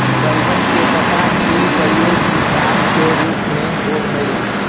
शलजम के पत्ता के प्रयोग भी साग के रूप में होव हई